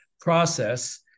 process